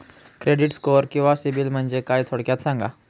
Credit score किंवा सिबिल म्हणजे काय? थोडक्यात सांगा